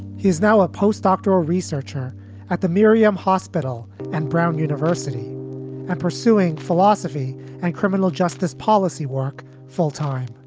he's now a post-doctoral researcher at the mirriam hospital and brown university and pursuing philosophy and criminal justice policy work full time.